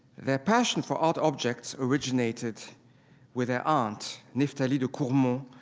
their passion for art objects originated with their aunt natalie de caumont,